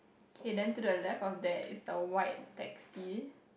okay then to the left of that is a white taxi